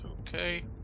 okay